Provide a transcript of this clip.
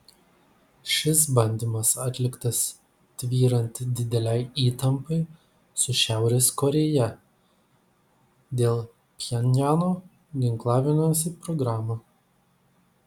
šis bandymas atliktas tvyrant didelei įtampai su šiaurės korėja dėl pchenjano ginklavimosi programų